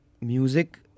music